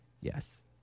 Yes